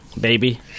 baby